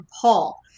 Paul